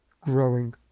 growing